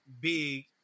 big